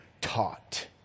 taught